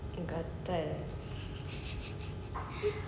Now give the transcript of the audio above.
gatal